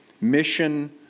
mission